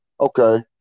Okay